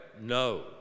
No